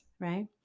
right